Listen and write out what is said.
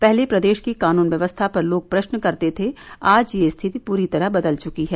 पहले प्रदेश की कानून व्यवस्था पर लोग प्रश्न करते थे आज यह स्थिति पूरी तरह बदल चुकी है